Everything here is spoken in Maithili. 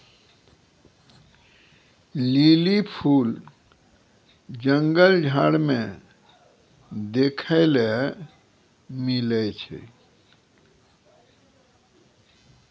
लीली फूल जंगल झाड़ मे देखै ले मिलै छै